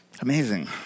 amazing